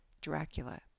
Dracula